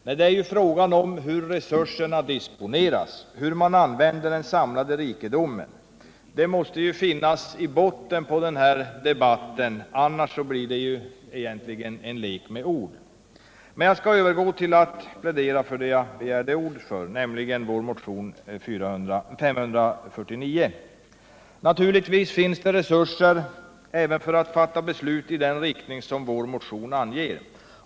Nej, det är fråga om hur resurserna disponeras, hur man använder den samlade rikedomen. Den problematiken måste finnas i botten på denna debatt. Annars blir den egentligen en lek med ord. Jag skall övergå till det som jag begärde ordet för, nämligen att plädera för vår motion 549. Naturligtvis finns det resurser även för att fatta beslut i den riktning som motionen anger.